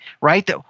right